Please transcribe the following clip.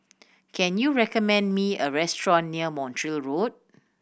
can you recommend me a restaurant near Montreal Road